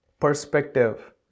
Perspective